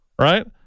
right